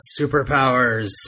superpowers